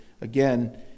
again